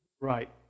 Right